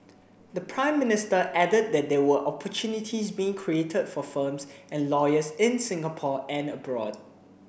the Prime Minister added that there were opportunities being created for firms and lawyers in Singapore and abroad